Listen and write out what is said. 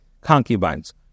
concubines